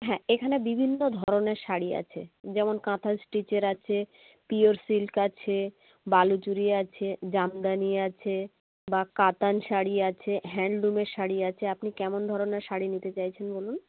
হ্যাঁ এখানে বিভিন্ন ধরনের শাড়ি আছে যেমন কাঁথা স্টিচের আছে পিওর সিল্ক আছে বালুচরী আছে জামদানি আছে বা কাতান শাড়ি আছে হ্যান্ডলুমের শাড়ি আছে আপনি কেমন ধরনের শাড়ি নিতে চাইছেন বলুন